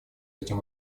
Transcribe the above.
этим